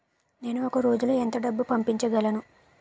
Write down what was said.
నేను ఒక రోజులో ఎంత డబ్బు పంపించగలను?